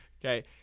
Okay